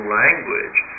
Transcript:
language